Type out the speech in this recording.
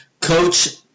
Coach